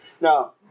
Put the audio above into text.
now